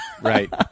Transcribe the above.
right